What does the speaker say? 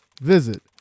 Visit